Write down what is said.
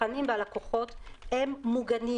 הצרכנים והלקוחות מוגנים.